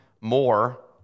more